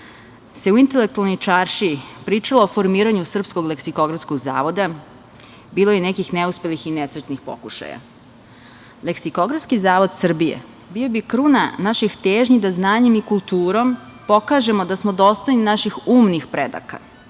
se u intelektualnoj čaršiji pričalo o formiranju srpskog leksikografskog zavoda, bilo je i nekih neuspelih i nesretnih pokušaja. Leksikografski zavod Srbije bio bi kruna naših težnji da znanjem i kulturom pokažemo da smo dostojni naših umnih predaka.